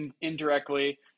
indirectly